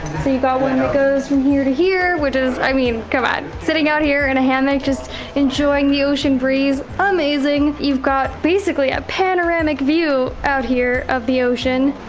so you got one that and goes from here to here, which is, i mean come on, sitting out here in a hammock just enjoying the ocean breeze, amazing! you've got basically a panoramic view out here of the ocean.